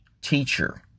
teacher